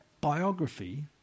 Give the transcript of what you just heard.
biography